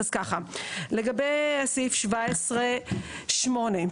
לגבי סעיף 17(8),